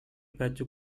baju